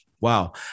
wow